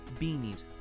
beanies